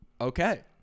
Okay